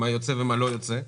מה יוצא ומה לא יוצא.